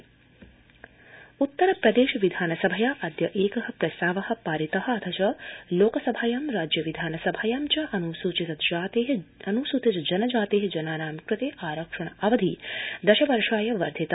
केरल उत्तर्यप्रदेश विधानसभा उत्तस्प्रदेश विधानसभया अद्य एक प्रस्ताव पारित अथ च लोकसभायां राज्य विधानसभायां च अनुसूचित जाते अनुसूचित जनजाते जनानां कृते रक्षण अवधि दश वर्षाय वर्धित